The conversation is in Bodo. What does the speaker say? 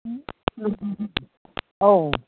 औ